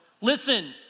listen